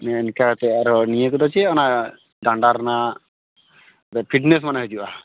ᱱᱮᱜᱼᱮ ᱱᱤᱠᱟᱛᱮ ᱟᱨᱦᱚᱸ ᱱᱤᱭᱟᱹ ᱠᱚᱫᱚ ᱪᱮᱫ ᱚᱱᱟ ᱰᱟᱸᱰᱟ ᱨᱮᱱᱟᱜ ᱯᱷᱤᱴᱱᱮᱹᱥ ᱢᱟᱱᱮ ᱦᱤᱡᱩᱜᱼᱟ